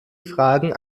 fragen